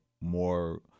more